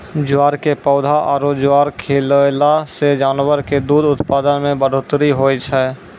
ज्वार के पौधा आरो ज्वार खिलैला सॅ जानवर के दूध उत्पादन मॅ बढ़ोतरी होय छै